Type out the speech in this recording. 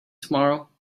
tomorrow